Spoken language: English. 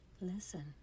Listen